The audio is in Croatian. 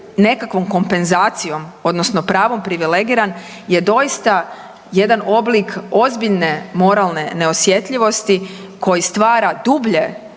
nekakvom kompenzacijom odnosno pravom privilegiran je doista jedan oblik ozbiljne moralne neosjetljivosti koji stvara dublje